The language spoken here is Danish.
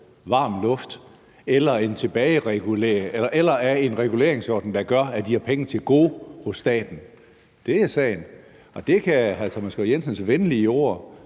varm luft eller en reguleringsordning, der gør, at de har penge til gode hos staten. Det er sagen, og hr. Thomas Skriver Jensens venlige ord